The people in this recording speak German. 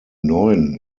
neuen